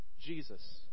Jesus